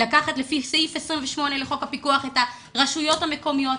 לקחת לפי סעיף 28 לחוק הפיקוח את הרשויות המקומיות,